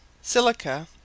silica